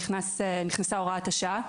נכנסה הוראת השעה,